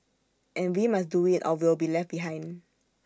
and we must do IT or we'll be left behind